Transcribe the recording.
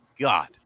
God